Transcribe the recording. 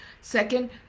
Second